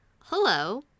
hello